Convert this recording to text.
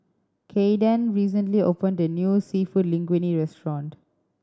Caiden recently opened the new Seafood Linguine Restaurant